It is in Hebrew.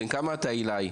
בן כמה אתה אילאי?